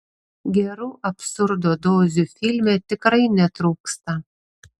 gerų absurdo dozių filme tikrai netrūksta